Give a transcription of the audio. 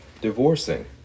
divorcing